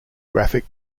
graphic